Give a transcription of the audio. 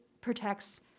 protects